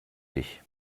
dich